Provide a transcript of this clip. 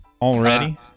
already